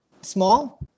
small